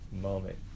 moment